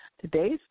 Today's